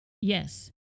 yes